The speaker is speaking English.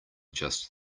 just